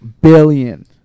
Billion